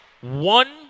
one